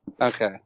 Okay